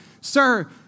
Sir